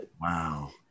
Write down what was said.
Wow